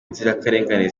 inzirakarengane